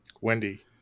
Wendy